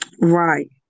Right